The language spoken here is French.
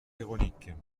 ironique